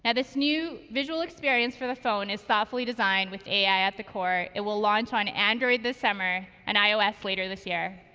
this new visual experience for the phone is thoughtfully designed with ai at the core. it will launch on android this summer, and ios later this year.